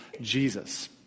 Jesus